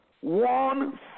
one